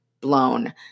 blown